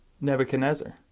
Nebuchadnezzar